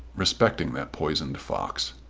respecting that poisoned fox.